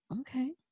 okay